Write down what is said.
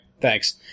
thanks